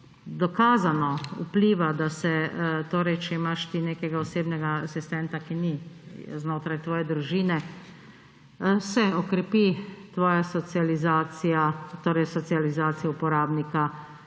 dokazano vpliva, torej če imaš ti nekega osebnega asistenta, ki ni znotraj tvoje družine, se okrepi tvoja socializacija, torej socializacija uporabnika,